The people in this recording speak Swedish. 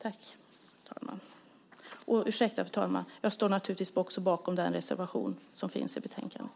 Jag står naturligtvis också bakom den reservation som finns i betänkandet.